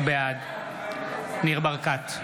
בעד ניר ברקת,